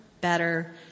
better